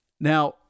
Now